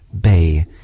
bay